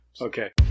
Okay